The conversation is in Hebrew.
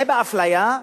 זה באפליה?